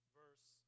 verse